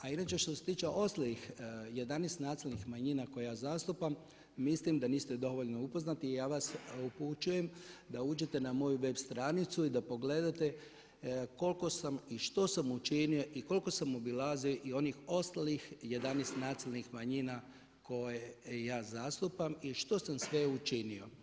A inače što se tiče ostalih 11 nacionalnih manjina koje ja zastupam, mislim da niste dovoljno upoznati i ja vas upućujem da uđete na moju web stranicu i da pogledate koliko sam i što sam učinio i koliko sam obilazio i onih ostalih 11 nacionalnih manjina koje ja zastupam i što sam sve učinio.